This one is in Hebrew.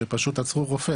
שפשוט עצרו רופא,